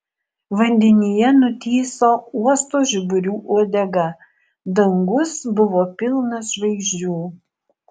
vandenyje nutįso uosto žiburių uodega dangus buvo pilnas žvaigždžių